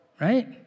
right